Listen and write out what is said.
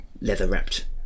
leather-wrapped